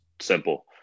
simple